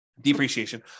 depreciation